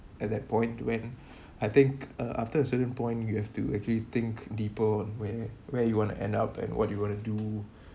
at that point when I think uh after a certain point you have to actually think deeper where where you want to end up and what you want to do